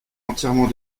entièrement